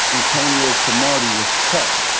antonio cromartie was cut.